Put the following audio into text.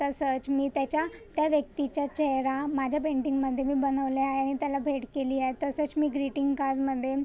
तसंच मी त्याच्या त्या व्यक्तीचा चेहरा माझ्या पेंटींगमधे मी बनवले आहे आणि त्याला भेट केली आहे तसंच मी ग्रिटींग कालमधे